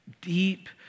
deep